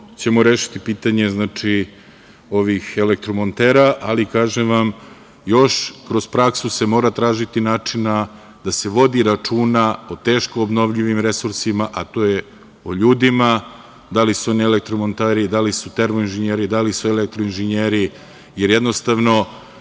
ćemo rešiti pitanje ovih elektromontera, ali, kažem vam, još se kroz praksu mora tražiti načina da se vodi računa o teško obnovljivim resursima, a to je o ljudima, da li su oni elektromonteri, da li su termoinženjeri, da li su elektroinženjeri, jer jednostavno